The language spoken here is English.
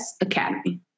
Academy